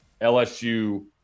LSU